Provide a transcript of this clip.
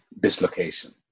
dislocation